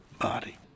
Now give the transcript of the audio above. body